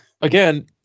Again